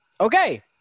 Okay